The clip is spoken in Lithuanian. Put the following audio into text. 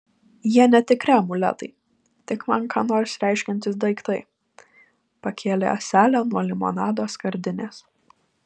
jie netikri amuletai tik man ką nors reiškiantys daiktai pakėlė ąselę nuo limonado skardinės